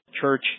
church